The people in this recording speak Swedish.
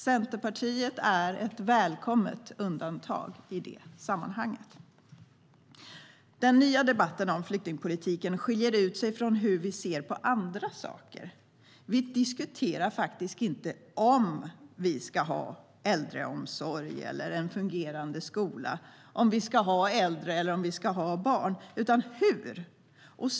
Centerpartiet är ett välkommet undantag i det sammanhanget..